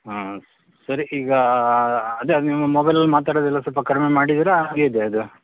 ಹಾಂ ಸರಿ ಈಗ ಅದೆ ನಿಮ್ಮ ಮೊಬೈಲಲ್ಲಿ ಮಾತಾಡೋದೆಲ್ಲ ಸ್ವಲ್ಪ ಕಡಿಮೆ ಮಾಡಿದ್ದೀರಾ ಹಾಗೇ ಇದೆಯಾ ಅದು